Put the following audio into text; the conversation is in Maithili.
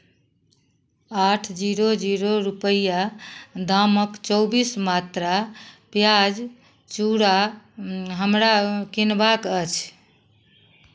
आठ जीरो जीरो रुपैआ दामक चौबीस मात्रा प्याज चूड़ा हमरा किनबाक अछि